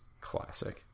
Classic